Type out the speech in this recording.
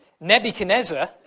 Nebuchadnezzar